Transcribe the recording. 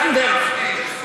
לא טרכטנברג.